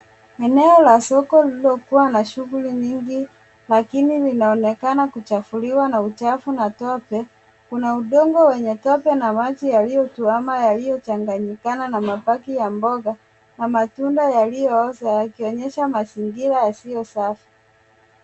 Eneo la soko lililokuwa na shughuli nyingi lakini linaonekana kuchafuliwa na uchafu na tope. Kuna udongo wenye tope na maji yaliyotwama yaliyochanganyikana na mabaki ya mboga na matunda yaliyooza yakionyesha mazingira yasiyo safi.